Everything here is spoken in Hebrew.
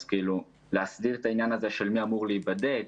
יש להסדיר את העניין של מי אמור להיבדק